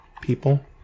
People